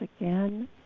again